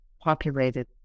populated